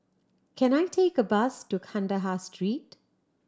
can I take a bus to Kandahar Street